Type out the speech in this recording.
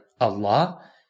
Allah